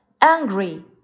angry